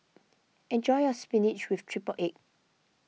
enjoy your Spinach with Triple Egg